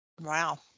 Wow